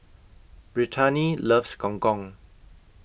Brittani loves Gong Gong